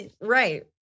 Right